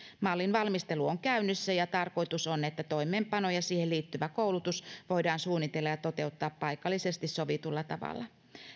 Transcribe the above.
mallin valmistelu on käynnissä ja tarkoitus on että toimeenpano ja siihen liittyvä koulutus voidaan suunnitella ja toteuttaa paikallisesti sovitulla tavalla